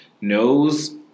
knows